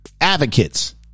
advocates